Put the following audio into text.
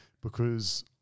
because-